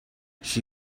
she